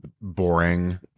boring